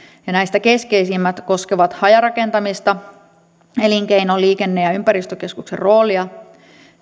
ja näistä keskeisimmät koskevat hajarakentamista elinkeino liikenne ja ympäristökeskuksen roolia